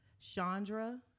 chandra